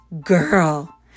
girl